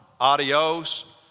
adios